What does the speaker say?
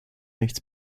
nichts